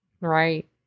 right